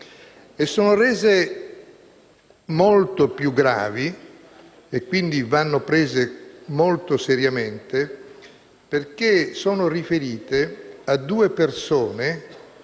sono rese molto più gravi e, quindi, vanno prese molto seriamente, perché sono riferite a due persone